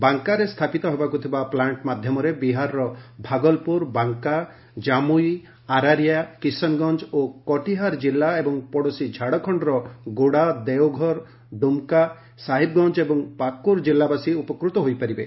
ବାଙ୍କାରେ ସ୍ଥାପିତ ହେବାକୁ ଥିବା ପ୍ଲାଣ୍ଟ ମାଧ୍ୟମରେ ବିହାରର ଭାଗଲପୁର ବାଙ୍କା ଜାମୁଇ ଆରାରିଆ କିଶନଗଞ୍ଜ ଓ କଟିହାର ଜିଲ୍ଲା ଏବଂ ପଡ଼ୋଶୀ ଝାଡ଼ଖଣ୍ଡର ଗୋଡା ଦେଓଘର ଡୁମକା ସାହିବଗଞ୍ଜ ଏବଂ ପାକୁର ଜିଲ୍ଲାବାସୀ ଉପକୃତ ହୋଇପାରିବେ